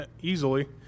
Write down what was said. easily